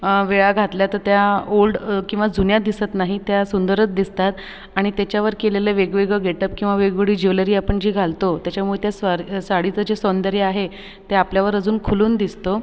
वेळा घातल्या तर त्या ओल्ड किंवा जुन्या दिसत नाही त्या सुंदरच दिसतात आणि त्याच्यावर केलेलं वेगवेगळं गेटअप किंवा वेगवेगळी ज्वेलरी आपण जी घालतो त्याच्यामुळं त्या सारी साडीचं जे सौंदर्य आहे ते आपल्यावर अजून खुलून दिसतं